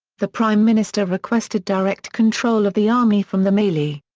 the prime minister requested direct control of the army from the majlis.